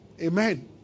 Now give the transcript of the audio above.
amen